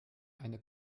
eine